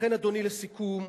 לכן, אדוני, לסיכום,